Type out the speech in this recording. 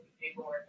paperwork